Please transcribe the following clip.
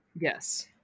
Yes